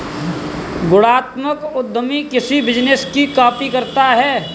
गुणात्मक उद्यमी किसी बिजनेस की कॉपी करता है